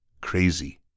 crazy